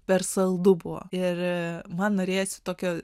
per saldu buvo ir man norėjosi tokio